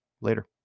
Later